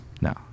No